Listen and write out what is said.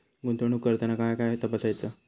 गुंतवणूक करताना काय काय तपासायच?